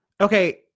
Okay